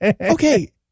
okay